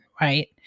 right